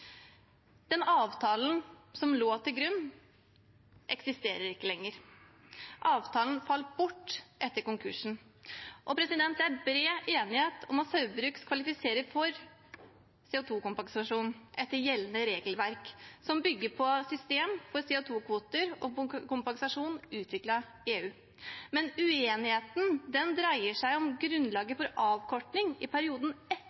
Den avtalen som lå til grunn, eksisterer ikke lenger. Avtalen falt bort etter konkursen. Det er bred enighet om at Saugbrugs kvalifiserer for CO 2 -kompensasjon etter gjeldende regelverk, som bygger på et system for CO 2 -kvoter og -kompensasjon utviklet i EU. Men uenigheten dreier seg om grunnlaget for avkorting i perioden